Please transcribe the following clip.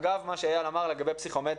אגב מה שאיל אמר לגבי פסיכומטרי.